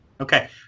Okay